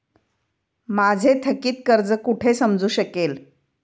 माझे थकीत कर्ज कुठे समजू शकेल?